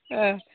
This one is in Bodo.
ओं